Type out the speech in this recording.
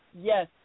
Yes